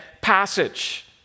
passage